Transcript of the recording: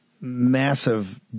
massive